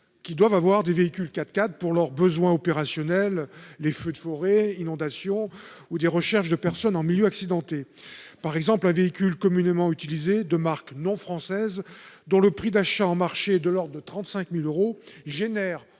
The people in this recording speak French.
doivent disposer de véhicules 4x4 pour leurs besoins opérationnels : feux de forêt, inondations ou recherches de personnes en milieu accidenté, par exemple. Un véhicule communément utilisé de marque non française, dont le prix d'achat sur le marché est de l'ordre de 35 000 euros, donne